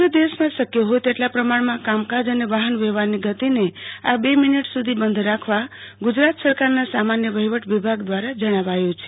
સમગ દેશમાં શકય હોય તેટલા પ્રમાણમાં કામકાજની અને વાહનવ્યવહારની ગતિને આ બ મિનિટ સુધી બંધ રાખવા ગુજરાત સરકારના સામાન્ય વહોવટ વિભાગ દવારા જણાવાયું છે